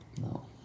No